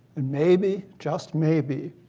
and maybe, just maybe,